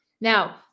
Now